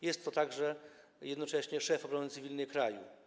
Jest on także jednocześnie szefem obrony cywilnej kraju.